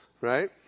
Right